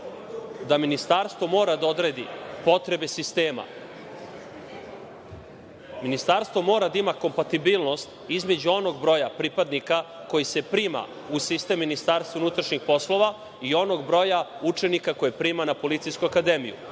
da Ministarstvo mora da odredi potrebe sistema, Ministarstvo mora da ima kompatibilnost između onog broja pripadnika koji se prima u sistem MUP-a i onog broja učenika koji prima na Policijsku akademiju.